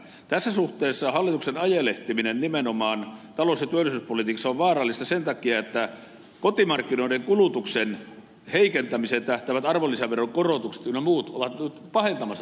tässä suhteessa hallituksen ajelehtiminen nimenomaan talous ja työllisyyspolitiikassa on vaarallista sen takia että kotimarkkinoiden kulutuksen heikentämiseen tähtäävät arvonlisäveron korotukset ynnä muut ovat nyt pahentamassa tätä epävarmuutta